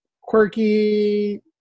quirky